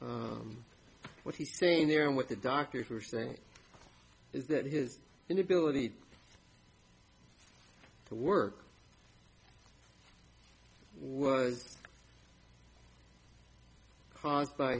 what he's saying there and what the doctors are saying is that his inability to work was caused by